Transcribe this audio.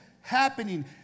happening